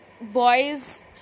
boys